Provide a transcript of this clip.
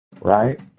right